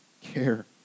care